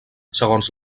segons